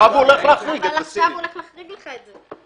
עכשיו הוא הולך להחריג את זה.